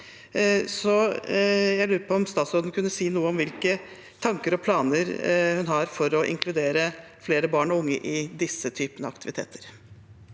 Jeg lurer på om statsråden kunne si noe om hvilke tanker og planer hun har for å inkludere flere barn og unge i slike aktiviteter.